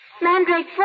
Mandrake